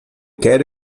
quero